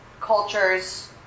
cultures